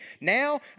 Now